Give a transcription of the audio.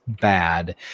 bad